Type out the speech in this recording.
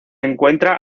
encuentra